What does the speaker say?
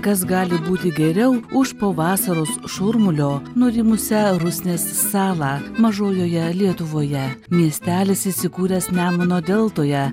kas gali būti geriau už po vasaros šurmulio nurimusią rusnės salą mažojoje lietuvoje miestelis įsikūręs nemuno deltoje